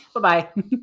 Bye-bye